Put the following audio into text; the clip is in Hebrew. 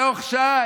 תוך שעה,